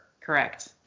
Correct